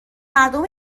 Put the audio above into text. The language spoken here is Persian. مردم